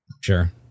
Sure